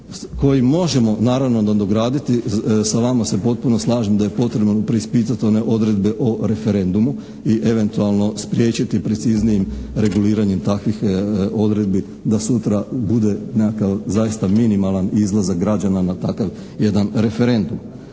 kojim možemo naravno nadograditi, sa vama se potpuno slažem da je potrebno preispitati one odredbe o referendumu i eventualno spriječiti preciznijim reguliranjem takvih odredbi da sutra bude nekakav zaista minimalan izlazak građana na takav jedan referendum.